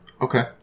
Okay